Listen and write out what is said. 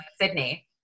Sydney